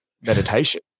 meditation